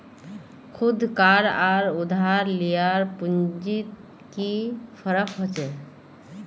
खुद कार आर उधार लियार पुंजित की फरक होचे?